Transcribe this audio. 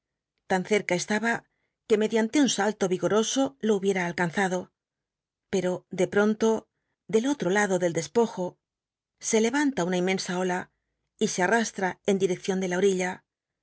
tan cerca estaba que median le un sallo rigoroso lo hubiera alcanzado pero de pronto del otro lado del despojo se le anla una inmensa n de la orilla